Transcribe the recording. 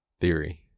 theory